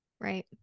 Right